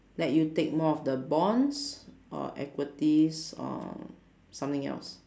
let you take more of the bonds or equities or something else